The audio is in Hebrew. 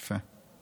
יפה.